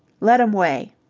let em weigh!